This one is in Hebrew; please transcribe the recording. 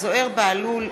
זוהיר בהלול,